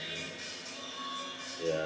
ya